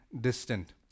distant